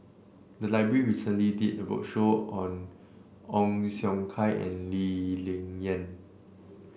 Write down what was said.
the library recently did a roadshow on Ong Siong Kai and Lee Ling Yen